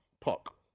Puck